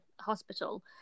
hospital